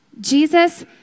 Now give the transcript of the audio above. Jesus